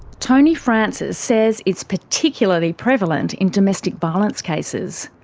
tony francis says it's particularly prevalent in domestic violence cases.